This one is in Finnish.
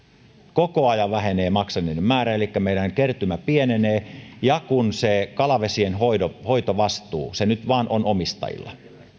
koko ajan vähenee maksaneiden määrä elikkä meidän kertymä pienenee ja se kalavesien hoitovastuu se nyt vain on omistajilla